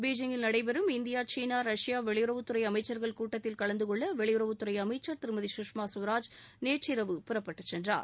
பெய்ஜிங்கில் நடைபெறும் இந்தியா சீனா ரஷ்யா வெளியுறவுத்துறை அமைச்சர்கள் கூட்டத்தில் கலந்துகொள்ள வெளியுறவுத்துறை அமைச்சர் திருமதி கஷ்மா கவராஜ் நேற்றிரவு புறப்பட்டுச் சென்றார்